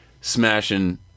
smashing